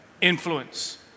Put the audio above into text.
influence